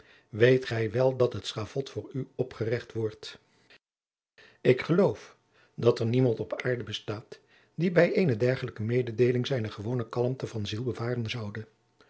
weet gij wel dat het schavot voor u opgerecht wordt ik geloof dat er niemand op aarde bestaat die bij eene dergelijke mededeeling zijne gewone kalmte jacob van